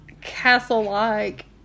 castle-like